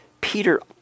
Peter